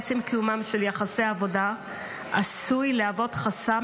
עצם קיומם של יחסי עבודה עשוי להוות חסם